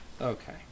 okay